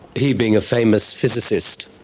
he being a famous physicist.